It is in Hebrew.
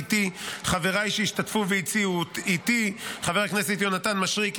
ואיתי חבריי שהשתתפו והציעו איתי: חבר הכנסת יונתן מישרקי,